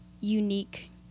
unique